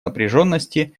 напряженности